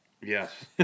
yes